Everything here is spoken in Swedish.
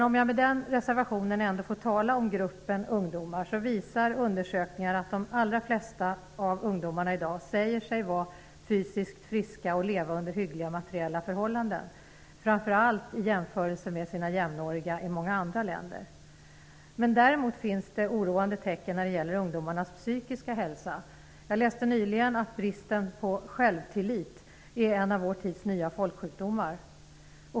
Om jag med denna reservation ändå får tala om gruppen ungdomar kan jag säga att undersökningar visar att de allra flesta av ungdomarna i dag säger sig vara fysiskt friska och leva under hyggliga materiella förhållanden -- framför allt i jämförelse med sina jämnåriga i många andra länder. Däremot finns det oroande tecken när det gäller ungdomarnas psykiska hälsa. Jag läste nyligen att bristen på självtillit är en av vår tids nya folksjukdomar.